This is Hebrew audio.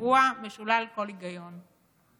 אירוע משולל כל היגיון.